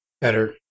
better